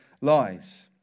lies